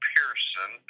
Pearson